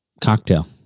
Cocktail